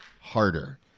harder